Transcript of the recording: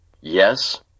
Yes